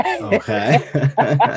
Okay